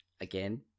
again